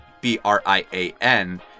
b-r-i-a-n